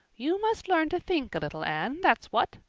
you must learn to think a little, anne, that's what.